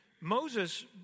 Moses